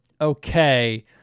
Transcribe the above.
Okay